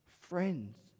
friends